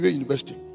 university